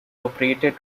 operated